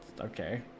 okay